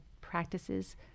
practices